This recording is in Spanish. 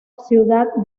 ciudad